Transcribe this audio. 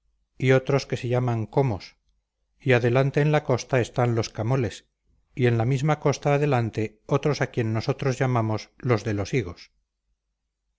y otros que se llaman comos y adelante en la costa están los camoles y en la misma costa adelante otros a quien nosotros llamamos los de los higos